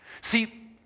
See